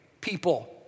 people